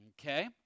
Okay